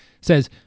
says